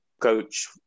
coach